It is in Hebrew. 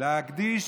להקדיש,